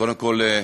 קודם כול,